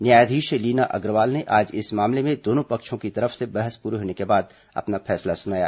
न्यायाधीश लीना अग्रवाल ने आज इस मामले में दोनों पक्षों की तरफ से बहस पूरी होने के बाद अपना फैसला सुनाया